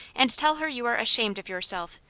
and tell her you are ashamed of yourself,